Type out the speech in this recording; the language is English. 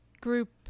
group